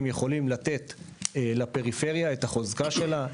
יכולים לתת לפריפריה את החוזקה שלה.